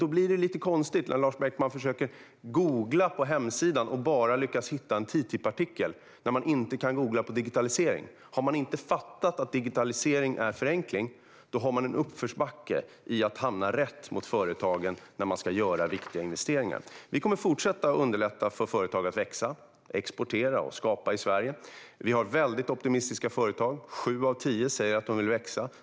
Det blir dock lite konstigt när Lars Beckman försöker att söka på regeringens hemsida och bara lyckas hitta en TTIP-artikel - när han inte kan googla på digitalisering. Har man inte fattat att digitalisering är förenkling har man en uppförsbacke i att hamna rätt mot företagen när man ska göra viktiga investeringar. Vi kommer att fortsätta underlätta för företag att växa, exportera och skapa i Sverige. Vi har väldigt optimistiska företag - sju av tio säger att de vill växa.